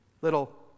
Little